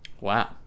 Wow